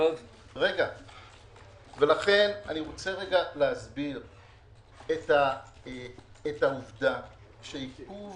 לכן אני רוצה להסביר את העובדה שעיכוב